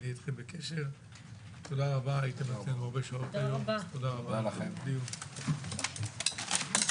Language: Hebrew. תודה רבה לכם שבאתם, הישיבה נעולה.